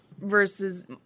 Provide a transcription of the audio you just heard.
versus